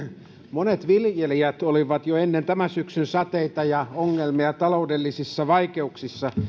monet viljelijät olivat jo ennen tämän syksyn sateita ja ongelmia taloudellisissa vaikeuksissa